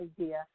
idea